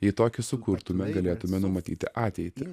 jei tokį sukurtume galėtume numatyti ateitį